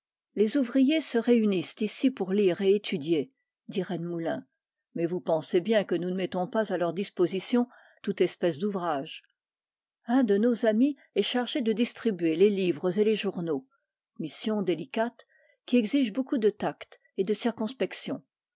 les ouvriers se réunissent ici pour lire et étudier dit rennemoulin mais vous pensez bien que nous ne mettons pas à leur disposition toute espèce d'ouvrages un de nos amis est chargé de distribuer les livres et les journaux mission délicate qui exige beaucoup de tact et de circonspection